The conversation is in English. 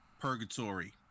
purgatory